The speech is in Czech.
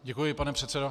Děkuji, pane předsedo.